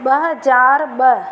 ॿ हज़ार ॿ